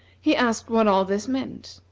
he asked what all this meant.